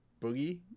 Boogie